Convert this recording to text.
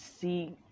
see